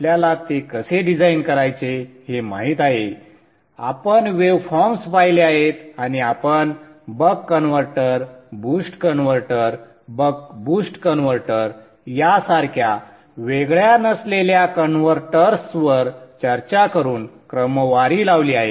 आपल्याला ते कसे डिझाइन करायचे हे माहित आहे आपण वेवफॉर्म्स पाहीले आहेत आणि आपण buck converter boost converter buck boost converter यांसारख्या वेगळ्या नसलेल्या कन्व्हर्टर्सवर चर्चा करून क्रमवारी लावली आहे